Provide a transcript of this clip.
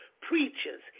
preachers